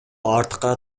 артка